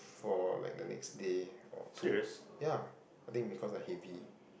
for like the next day or two ya I think because I heavy